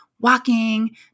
walking